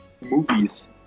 movies